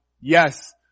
yes